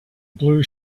blue